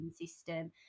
system